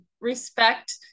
respect